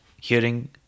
hearing